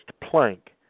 plank